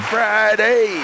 Friday